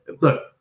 Look